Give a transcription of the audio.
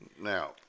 now